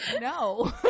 no